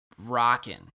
Rocking